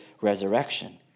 resurrection